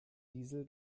diesel